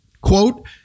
Quote